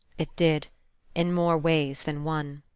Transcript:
it did in more ways than one.